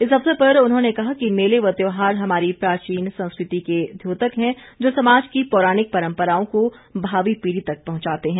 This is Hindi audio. इस अवसर पर उन्होंने कहा कि मेले व त्यौहार हमारी प्राचीन संस्कृति के द्योतक हैं जो समाज की पौराणिक परंपराओं को भावी पीढ़ी तक पहुंचाते हैं